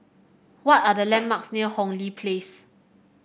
what are the landmarks near Hong Lee Place